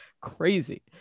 crazy